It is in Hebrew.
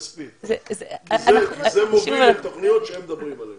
כספית, כי זה מוביל לתוכניות שהם מדברים עליהן.